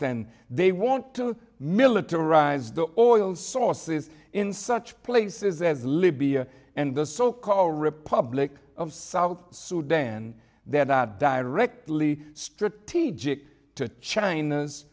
and they want to militarize the oil sources in such places as libya and the so call republic of south sudan they're not directly strategic to china's